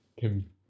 kim